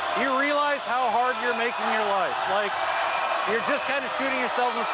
you realize how hard you're making your life like you're just kind of shooting yourself